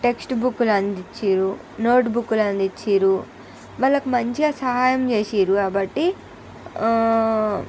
text బుక్కులు అందించిర్రు note బుక్కులు అందించిర్రు మళ్ళాక మంచిగా సహాయం చేసిర్రు కాబట్టి